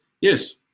Yes